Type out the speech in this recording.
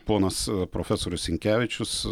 ponas profesorius sinkevičius